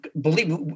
believe